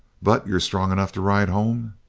but you're strong enough to ride home?